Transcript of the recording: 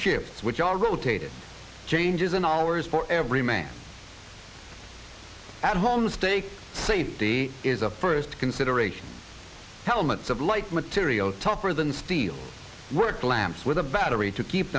shifts which are rotated changes in hours for every man at home stakes safety is a first consideration helmets of like material tougher than steel work lamps with a battery to keep